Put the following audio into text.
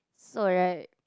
sold right